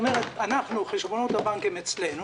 חשבונות הבנקים אצלנו